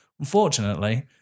Unfortunately